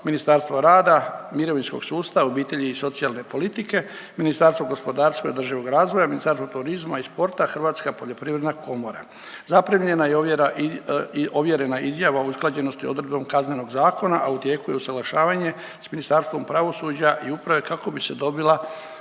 Ministarstvo rada, mirovinskog sustava, obitelji i socijalne politike, Ministarstvo gospodarstva i održivog razvoja, Ministarstvo turizma i sporta i Hrvatska poljoprivredna komora. Zaprimljena je i ovjera i ovjerena izjava o usklađenosti odredbom Kaznenog zakona, a u tijeku je usaglašavanje s Ministarstvom pravosuđa i uprave kako bi se dobila